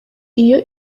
iyo